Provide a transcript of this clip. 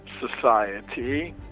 Society